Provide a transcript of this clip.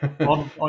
on